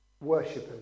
worshippers